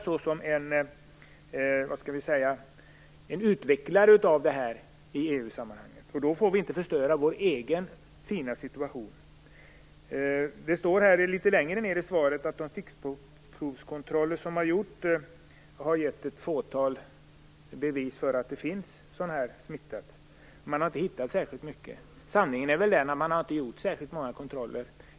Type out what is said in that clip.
Sverige bör fungera som något av en utvecklare av detta i EU-sammanhang, och får inte förstöra sin egen fina situation. Litet längre ned i svaret står det att de stickprovskontroller som gjorts har gett ett fåtal bevis på smitta. Man har inte hittat särskilt mycket. Sanningen är den att man inte har gjort särskilt många kontroller.